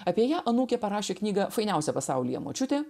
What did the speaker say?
apie ją anūkė parašė knygą fainiausia pasaulyje močiutė